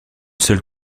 seule